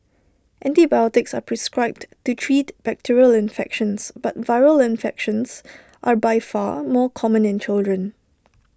antibiotics are prescribed to treat bacterial infections but viral infections are by far more common in children